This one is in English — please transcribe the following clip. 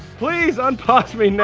please unpause me